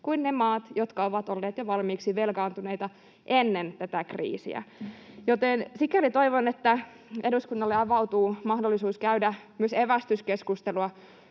kuin ne maat, jotka ovat olleet jo valmiiksi velkaantuneita ennen tätä kriisiä, joten sikäli toivon, että eduskunnalle avautuu mahdollisuus käydä myös evästyskeskustelua